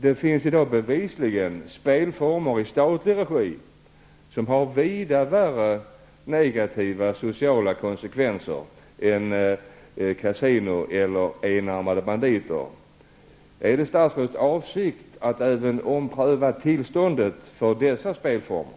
Det finns i dag bevisligen spelformer i statlig regi som har vida värre negativa sociala konsekvenser än kasino eller enarmade banditer. Är det statsrådets avsikt att även ompröva tillstånden för dessa spelformer?